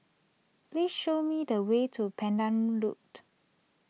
please show me the way to Pandan Loop